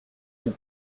tout